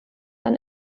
dann